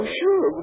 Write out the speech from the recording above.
sure